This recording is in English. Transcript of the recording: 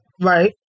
Right